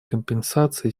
компенсации